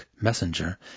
messenger